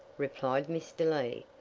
replied mr. lee.